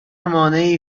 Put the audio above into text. مانعی